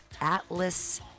Atlas